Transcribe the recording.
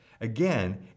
Again